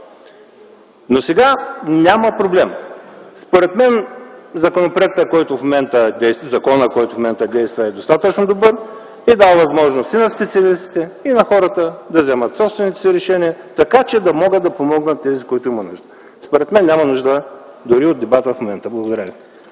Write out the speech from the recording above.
но сега няма проблем. Според мен законът, който в момента действа е достатъчно добър и дава възможност и на специалистите, и на хората, да вземат собствените си решения, така че да могат да помогнат на тези, които имат нужда. Според мен няма нужда дори от дебат в момента. Благодаря